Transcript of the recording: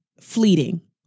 fleeting